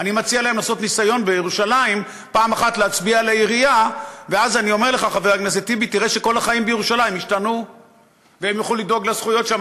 עם מיעוט ערבי של כ-20% שצריך לכבד את הזכויות שלו,